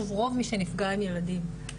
רוב מי שנפגע הם ילדים.